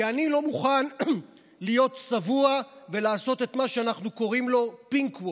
כי אני לא מוכן להיות צבוע ולעשות את מה שאנחנו קוראים לו Pinkwash.